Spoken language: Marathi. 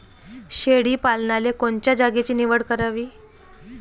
शेळी पालनाले कोनच्या जागेची निवड करावी?